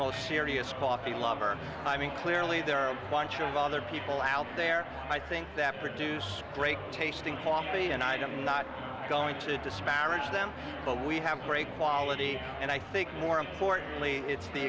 most serious coffee lover i mean clearly there are a bunch of other people out there i think that produce great tasting coffee and i'm not going to disparage them but we have great quality and i think more importantly it's the